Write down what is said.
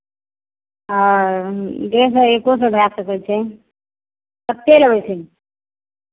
हँ डेढ़ सए एको सए भए सकै छै कतेक लेबै से